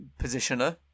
positioner